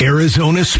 Arizona